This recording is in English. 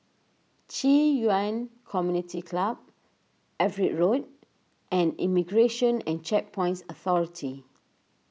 Qi Yuan Community Club Everitt Road and Immigration and Checkpoints Authority